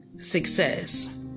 success